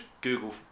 google